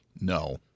No